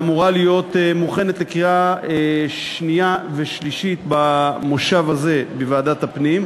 ואמורה להיות מוכנת לקריאה שנייה ושלישית במושב הזה בוועדת הפנים.